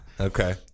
Okay